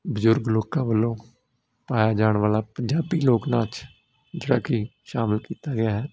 ਬਜ਼ੁਰਗ ਲੋਕਾਂ ਵੱਲੋਂ ਪਾਇਆ ਜਾਣ ਵਾਲਾ ਪੰਜਾਬੀ ਲੋਕ ਨਾਚ ਜਿਹੜਾ ਕਿ ਸ਼ਾਮਿਲ ਕੀਤਾ ਗਿਆ ਹੈ